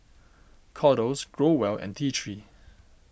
Kordel's Growell and T three